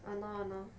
mm lor mm lor